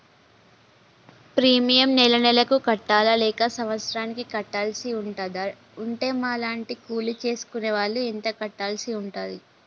Premium నెల నెలకు కట్టాలా లేక సంవత్సరానికి కట్టాల్సి ఉంటదా? ఉంటే మా లాంటి కూలి చేసుకునే వాళ్లు ఎంత కట్టాల్సి ఉంటది?